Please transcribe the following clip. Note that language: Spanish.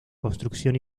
construcción